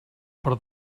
per